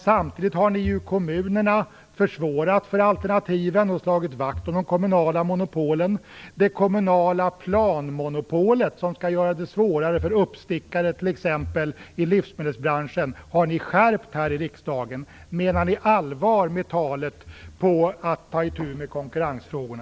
Samtidigt har ni försvårat för alternativen i kommunerna och slagit vakt om de kommunala monopolen. Ni har här i riksdagen skärpt det kommunala planmonopolet som skall göra det svårare för uppstickare i t.ex. livsmedelsbranschen. Menar ni allvar med talet om att ta itu med konkurrensfrågorna?